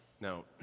Now